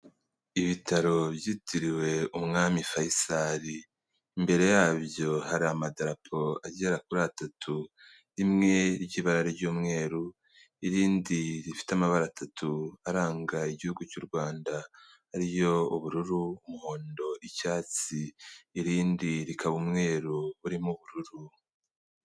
Ibitaro byitiriwe umwami Fayisari, imbere yabyo hari amadarapo agera kuri atatu, rimwe ry'ibara ry'umweru, irindi rifite amabara atatu aranga igihugu cy'u Rwanda ari yo; ubururu, umuhondo, icyatsi. Irindi rikaba umweru urimo ubururu.